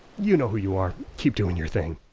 you know who you are, keep doing your thing.